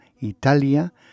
Italia